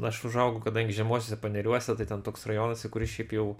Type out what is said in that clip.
aš užaugau kadangi žemuosiuose paneriuose tai ten toks rajonas kuris šiaip jau